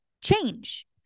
change